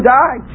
die